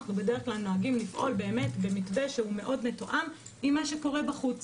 אנחנו בדרך כלל נוהגים לפעול במתווה שהוא מאוד מתואם עם מה שקורה בחוץ.